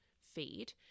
feed